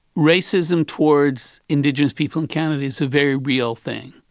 racism towards indigenous people in canada is a very real thing,